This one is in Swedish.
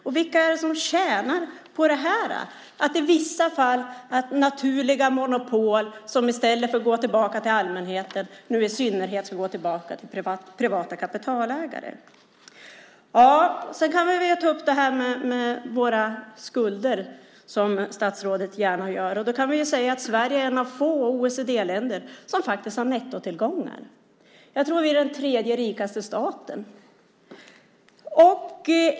Och vilka är det som tjänar på att naturliga monopol i vissa fall i stället för att gå tillbaka till allmänheten ska gå tillbaka till privata kapitalägare i synnerhet? Jag ska ta upp detta med våra skulder, precis som statsrådet gärna gör. Sverige är ett av få OECD-länder som har nettotillgångar. Vi är den tredje rikaste staten.